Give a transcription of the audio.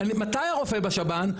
מתי הרופא בשב"ן?